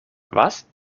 was